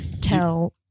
tell